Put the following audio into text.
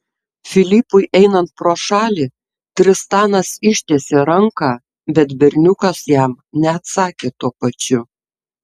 filipui einant pro šalį tristanas ištiesė ranką bet berniukas jam neatsakė tuo pačiu